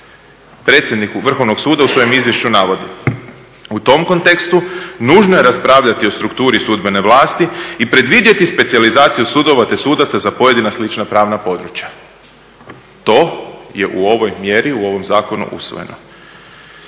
Predsjednik Vrhovnog suda u svojem izvješću navodi: "U tom kontekstu nužno je raspravljati o strukturi sudbene vlasti i predvidjeti specijalizaciju sudova, te sudaca za pojedina slična pravna područja." To je u ovoj mjeri, u ovom zakonu usvojeno.